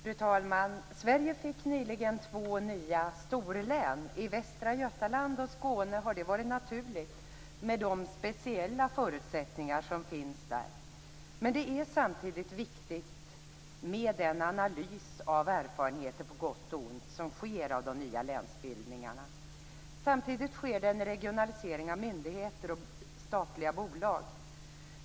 Fru talman! Sverige fick nyligen två nya storlän. I västra Götaland och Skåne har det varit naturligt med de speciella förutsättningar som finns där. Men det är samtidigt viktigt med en analys av erfarenheter på gott och ont som sker med de nya länsbildningarna. Samtidigt sker det en regionalisering av myndigheter och statliga bolag.